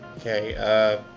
Okay